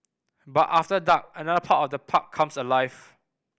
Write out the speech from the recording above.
but after dark another part of the park comes alive